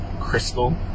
Crystal